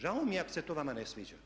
Žao mi je ako se to vama ne sviđa.